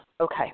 Okay